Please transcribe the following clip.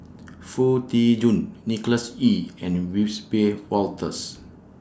Foo Tee Jun Nicholas Ee and Wiss Be Wolters